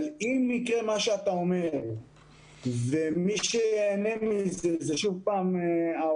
אם יקרה מה שאתה אומר ומי שייהנה מזה זה שוב האוצר,